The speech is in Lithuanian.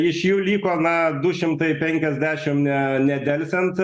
iš jų liko na du šimtai penkiasdešim nedelsiant